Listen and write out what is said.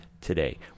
today